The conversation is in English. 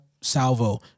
Salvo